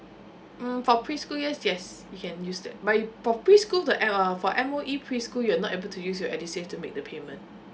mm for preschool yes yes you can use that but you for preschool the at err for M_O_E preschool you're not able to use your edusave to make the payment